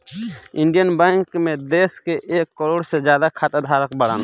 Indian Bank मे देश के एक करोड़ से ज्यादा खाता धारक बाड़न